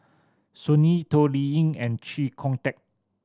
Sun Yee Toh Liying and Chee Kong Tet